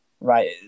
Right